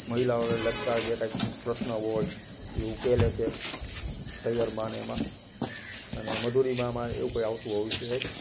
મહિલાઓને લગતા જે કાંઇ પ્રશ્ન હોય એ ઉકેલે છે સહિયરમાં ને એમાં અને મધુરિમામાં એવું કાંઈ આવતું હોય છે કંઈ